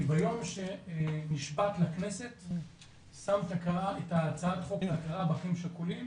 כי ביום שהושבעת לכנסת שמת את הצעת החוק להכרה באחים שכולים